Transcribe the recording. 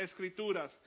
Escrituras